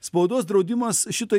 spaudos draudimas šitoj